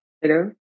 Hello